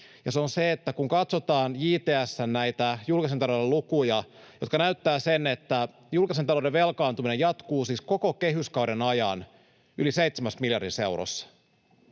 se on se, että kun katsotaan JTS:n julkisen talouden lukuja, jotka siis näyttävät, että julkisen talouden velkaantuminen jatkuu koko kehyskauden ajan yli seitsemässä miljardissa eurossa,